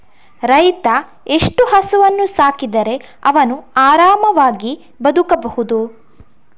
ರೈತ ಎಷ್ಟು ಹಸುವನ್ನು ಸಾಕಿದರೆ ಅವನು ಆರಾಮವಾಗಿ ಬದುಕಬಹುದು?